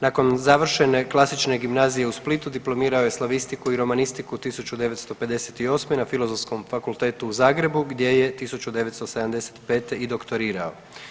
Nakon završene Klasične gimnazije u Splitu diplomirao je Slavistiku i romanistiku 1958. na Filozofskom fakultetu u Zagrebu gdje je 1975. i doktorirao.